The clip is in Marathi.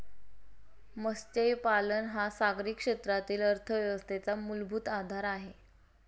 मत्स्यपालन हा सागरी क्षेत्रातील अर्थव्यवस्थेचा मूलभूत आधार आहे